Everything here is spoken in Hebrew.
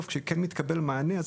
כשכן מתקבל המענה בסוף,